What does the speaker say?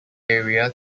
area